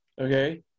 Okay